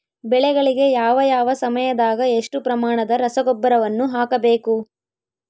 ಬೆಳೆಗಳಿಗೆ ಯಾವ ಯಾವ ಸಮಯದಾಗ ಎಷ್ಟು ಪ್ರಮಾಣದ ರಸಗೊಬ್ಬರವನ್ನು ಹಾಕಬೇಕು?